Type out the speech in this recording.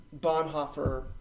Bonhoeffer